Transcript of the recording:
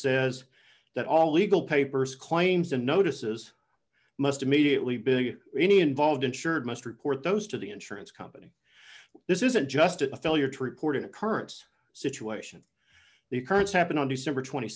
says that all legal papers claims and notices must immediately big any involved insured must report those to the insurance company this isn't just a failure to report an occurrence situation the occurrence happened on december t